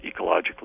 ecologically